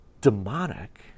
demonic